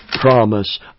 promise